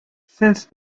since